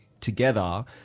together